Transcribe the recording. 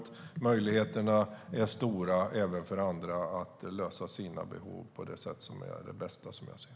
Som jag ser det är möjligheterna stora även för andra att tillgodose sina behov på bästa sätt.